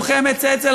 לוחמת אצ"ל,